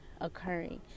occurring